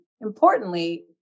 importantly